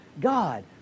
God